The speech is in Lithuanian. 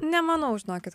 nemanau žinokit